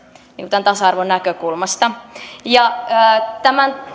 tämän tasa arvon näkökulmasta tämän